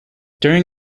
during